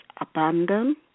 abandon